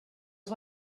why